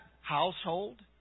household